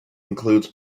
includes